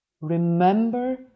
Remember